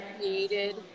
created